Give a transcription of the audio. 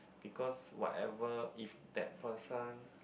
because whatever if that person